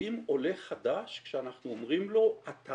מקבלים עולה חדש כשאנחנו אומרים לו, אתה